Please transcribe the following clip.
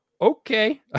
Okay